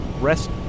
Rest